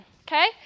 okay